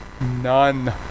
None